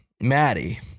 Maddie